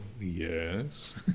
Yes